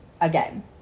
again